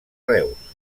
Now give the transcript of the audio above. reus